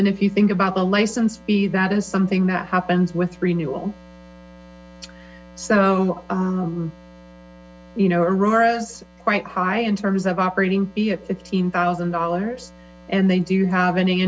then if you think about the license fee that is something that happens with renewals so aurora's quite high in terms of operating be it fifteen thousand dollars and they do have an